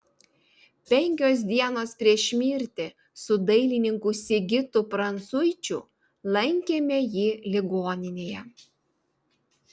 penkios dienos prieš mirtį su dailininku sigitu prancuičiu lankėme jį ligoninėje